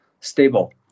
stable